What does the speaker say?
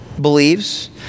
believes